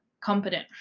competent